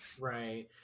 right